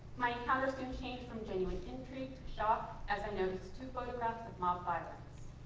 my encounter soon changed from genuine intrigue to shock as i noticed two photographs of mob violence.